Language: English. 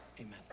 amen